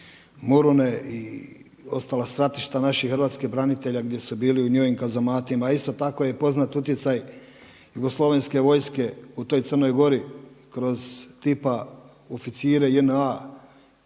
Morune i ostala stratišta naših hrvatskih branitelja gdje su bili u njihovim kazamatima. A isto tako je poznat utjecaj jugoslovenske vojske u toj Crnoj Gori kroz tipa oficire JNA,